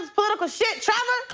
political shit, trevor.